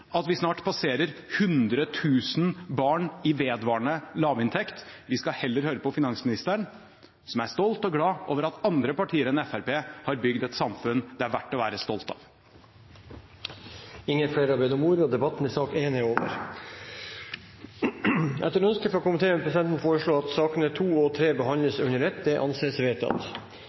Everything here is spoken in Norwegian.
at vi snart passerer hundre tusen barn i vedvarende lavinntekt. Vi skal heller høre på finansministeren, som er stolt av og glad for at andre partier enn Fremskrittspartiet har bygd et samfunn det er verdt å være stolt av. Flere har ikke bedt om ordet til sak nr. 1. Etter ønske fra finanskomiteen vil presidenten foreslå at sakene nr. 2 og 3 behandles under ett. – Det anses vedtatt.